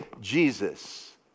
Jesus